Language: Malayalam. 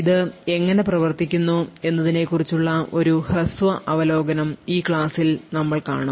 ഇത് എങ്ങനെ പ്രവർത്തിക്കും എന്നതിനെക്കുറിച്ചുള്ള ഒരു ഹ്രസ്വ അവലോകനം ഈ ക്ലാസ്സിൽ നമ്മൾ കാണും